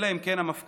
אלא אם כן המפכ"ל,